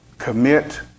commit